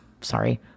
Sorry